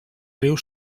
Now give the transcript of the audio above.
riu